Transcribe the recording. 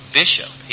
bishop